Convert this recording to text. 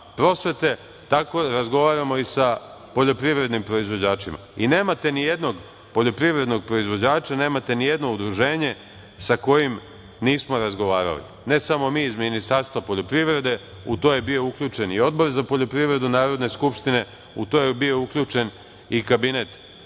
prosvete, tako razgovaramo i sa poljoprivrednim proizvođačima. Nemate nijedno poljoprivrednog proizvođača, nemate nijedno udruženje sa kojim nismo razgovarali ne samo mi iz Ministarstva poljoprivrede, u to je bio uključen i Odbor za poljoprivredu Narodne skupštine, u to je bio uključen i Kabinet